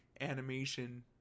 animation